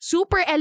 Super